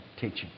teaching